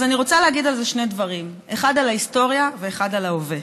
אז אני רוצה להגיד על זה שני דברים: אחד על ההיסטוריה ואחד על ההווה.